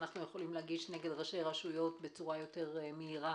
אנחךנו יכולים להגיש נגד ראשי רשויות בצורה יותר מהירה